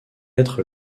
être